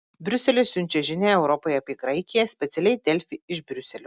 briuselis siunčia žinią europai apie graikiją specialiai delfi iš briuselio